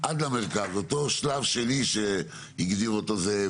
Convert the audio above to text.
עד למרכז, אותו שלב שני שהגדיר אותו זאב,